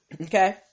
Okay